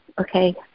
okay